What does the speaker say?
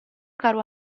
caro